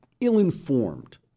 ill-informed